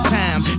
time